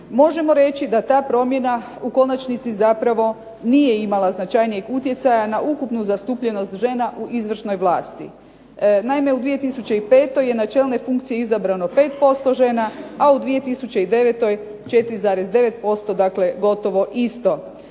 možemo reći da ta promjena u konačnici zapravo nije imala značajnijeg utjecaja na ukupnu zastupljenost žena u izvršnoj vlasti. Naime, u 2005. je na čelnoj funkciji izabrano 5% žena, a u 2009. 4,9% dakle gotovo isto.